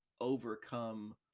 overcome